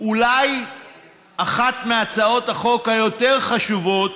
אולי אחת מהצעות החוק היותר-חשובות